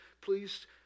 please